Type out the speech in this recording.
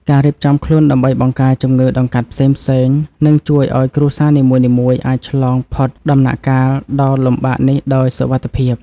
ការរៀបចំខ្លួនដើម្បីបង្ការជំងឺដង្កាត់ផ្សេងៗនឹងជួយឱ្យគ្រួសារនីមួយៗអាចឆ្លងផុតដំណាក់កាលដ៏លំបាកនេះដោយសុវត្ថិភាព។